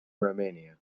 romania